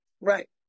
Right